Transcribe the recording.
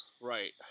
Right